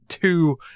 Two